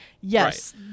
yes